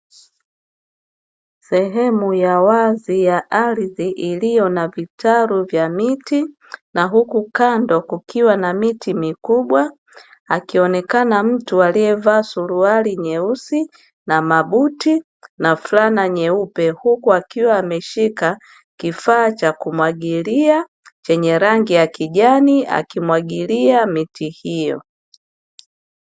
Sehemu ya wazi ya ardhi iliyo na vitalu vya miti na huku kando, kukiwa na miti mikubwa akionekana mtu aliyevaa suruali nyeusi na mabuti na flana nyeupe. Huku akiwa ameshika kifaa cha kumwagilia chenye rangi ya kijani akimwagilia miti hiyo.